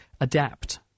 adapt